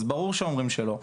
אז ברור שאומרים שלא.